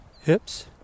hips